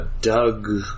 Doug